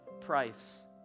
price